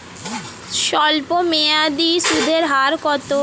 স্বল্পমেয়াদী সুদের হার কত?